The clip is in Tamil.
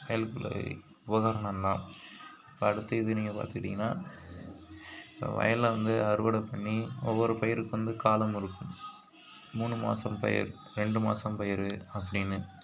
ஹெல்ப் உபகரணந்தான் அடுத்து இது நீங்கள் பார்த்துக்கிட்டீங்கன்னா இப்போ வயலில் வந்து அறுவடை பண்ணி ஒவ்வொரு பயிருக்கும் வந்து காலம் இருக்கும் மூணு மாதம் பயிர் ரெண்டு மாதம் பயிர் அப்படின்னு